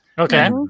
Okay